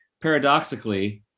paradoxically